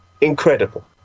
incredible